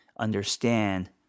understand